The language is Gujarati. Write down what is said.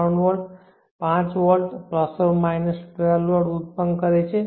3 વોલ્ટ 5 વોલ્ટ ± 12 વોલ્ટ ઉત્પન્ન કરે છે